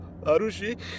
Arushi